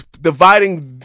dividing